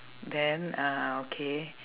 then uh okay